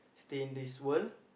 stay in this world